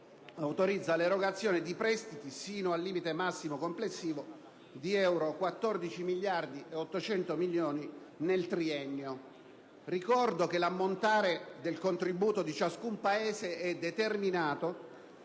autorizza l'erogazione di prestiti sino al limite massimo complessivo di euro 14 miliardi e 800 milioni nel triennio. Ricordo che l'ammontare del contributo di ciascun Paese è determinato